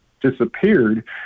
disappeared